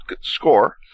score